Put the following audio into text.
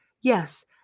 Yes